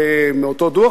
ומאותו דוח,